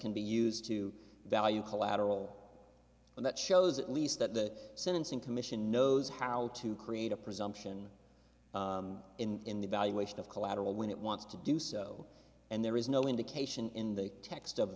can be used to value collateral and that shows at least that the sentencing commission knows how to create a presumption in the valuation of collateral when it wants to do so and there is no indication in the text of